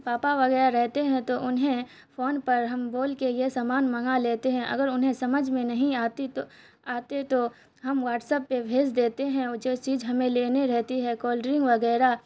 پاپا وغیرہ رہتے ہیں تو انہیں فون پر ہم بول کے یہ سامان منگا لیتے ہیں اگر انہیں سمجھ میں نہیں آتی تو آتے تو ہم واٹسپ پہ بھیج دیتے ہیں وہ جو چیز ہمیں لینے رہتی ہے کولڈ ڈرنک وغیرہ